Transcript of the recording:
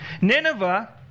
Nineveh